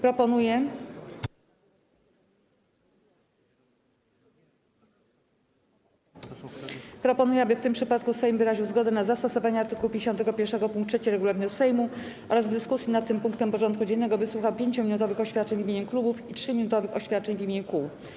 Proponuję, aby w tym przypadku Sejm wyraził zgodę na zastosowanie art. 51 pkt 3 regulaminu Sejmu oraz w dyskusji nad tym punktem porządku dziennego wysłuchał 5-minutowych oświadczeń w imieniu klubów i 3-minutowych oświadczeń w imieniu kół.